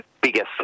biggest